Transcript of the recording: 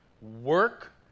Work